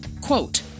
quote